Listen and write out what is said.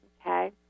okay